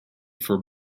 for